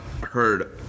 heard